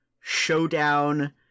showdown